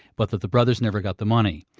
but that the brothers never got the money.